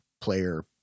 player